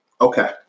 Okay